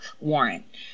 warrant